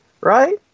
right